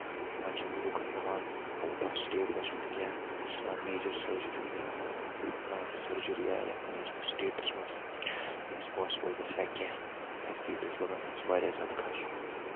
وۄنۍ چھِنہٕ لُکن پیٚوان اَوُٹ آف سِٹیٹ گژھُن کیٚنہہ کٲنسہِ چھےٚ آسان میجر سٔرجٔری یا تِژھ کانٛہہ سٔرجٔری یا یتھ یُس نہٕ سِٹیٹَس منٛز تٔمِس پاسِبٕل گژھِ ہا کیٚنہہ کیازِ کہِ ییٚتہِ اوس لگان تٔمِس واریاہ زیادٕ خرچہٕ